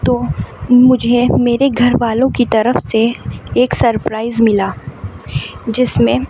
تو مجھے میرے گھر والوں کی طرف سے ایک سرپراز ملا جس میں